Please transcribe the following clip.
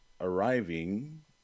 arriving